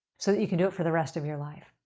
so that you can do it for the rest of your life.